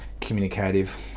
communicative